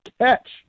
catch